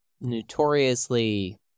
notoriously